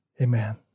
Amen